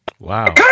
Wow